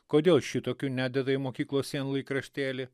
kodėl šitokių nededa į mokyklos sienlaikraštėlį